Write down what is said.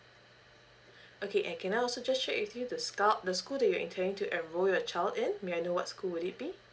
okay and can I also just check with you the scout the school that you intending to enroll your child in may I know what school would it be